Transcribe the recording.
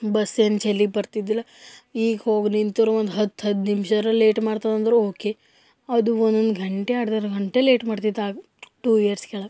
bus ಏನು ಜಲ್ದಿ ಬರ್ತಿದ್ದಿಲ್ಲ ಈಗ ಹೋಗಿ ನಿಂತರೂ ಒಂದು ಹತ್ತು ಅದು ನಿಮ್ಷರ ಲೇಟ್ ಮಾಡ್ತದಂದರು ಓಕೆ ಅದು ಒಂದೊಂದು ಗಂಟೆ ಅರ್ಧರ್ಧ ಗಂಟೆ ಲೇಟ್ ಮಾಡ್ತಿತ್ತು ಆಗ ಟು ಇಯರ್ಸ್ ಕೆಳಗೆ